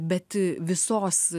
bet visos